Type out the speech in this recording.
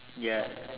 ya